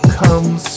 comes